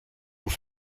vous